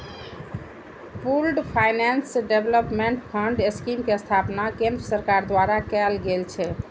pooled finance development fund scheme के स्थापना केंद्र सरकार द्वारा कैल गेल छै